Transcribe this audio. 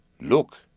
Look